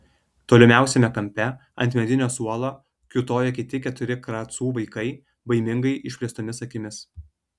tolimiausiame kampe ant medinio suolo kiūtojo kiti keturi kracų vaikai baimingai išplėstomis akimis